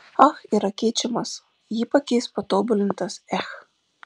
ach yra keičiamas jį pakeis patobulintas ech